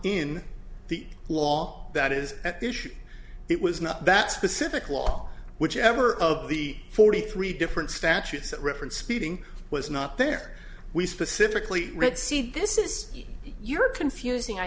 in the law that is at the issue it was not that specific law which ever of the forty three different statutes that reference speeding was not there we specifically read see this is you're confusing i